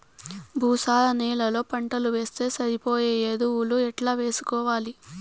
భూసార నేలలో పంటలు వేస్తే సరిపోయే ఎరువులు ఎట్లా వేసుకోవాలి?